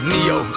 Neo